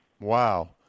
Wow